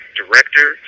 director